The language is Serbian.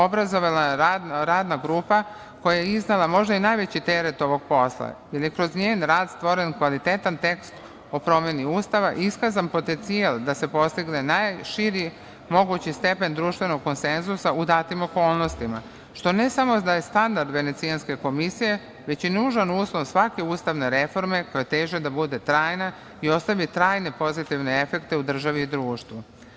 Obrazovala je redna grupa koja je iznela možda i najveći teret ovog posla, jer je kroz njen rad stvoren kvalitetan tekst o promeni Ustava, iskazan potencijal da se postigne najširi mogući stepen društvenog konsenzusa u datim okolnostima, što ne samo da je standard Venecijanske komisije, već je nužan uslov svake ustavne reforme koje teža teži da bude trajna i ostavlja trajne pozitivne efekte u državi i društvu.